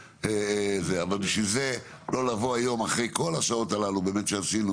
אבל בשביל זה לא לבוא היום אחרי כל השעות שהשקענו,